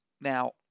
Now